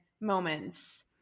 moments